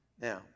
Now